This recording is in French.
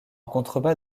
contrebas